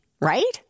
right